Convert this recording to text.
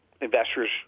Investors